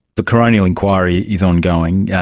the coronial inquiry is ongoing, yeah